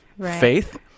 faith